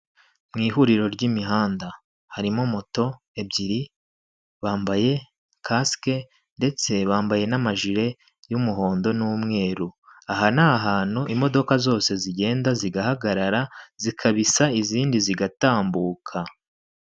Mu ihuriro ry'imihanda harimo moto ebyiri bambaye kasike ndetse bambaye n'amajire y'umuhondo n'umweru, aha ni ahantu imodoka zose zigenda zigahagarara zikabisa izindi zigatambuka.